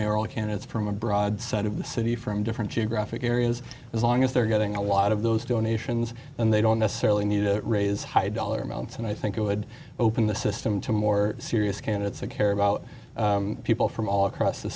mayoral candidates from a broad side of the city from different geographic areas as long as they're getting a lot of those donations and they don't necessarily need to raise high dollar amounts and i think it would open the system to more serious candidates to care about people from all across the